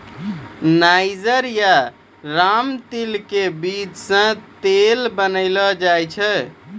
niger या रामतिल के बीज सॅ तेल बनैलो जाय छै